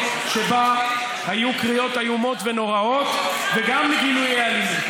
שבה היו קריאות איומות ונוראות וגם גילויי אלימות.